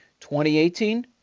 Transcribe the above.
2018